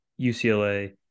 UCLA